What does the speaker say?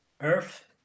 earth